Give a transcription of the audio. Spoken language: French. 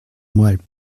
moelle